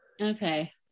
Okay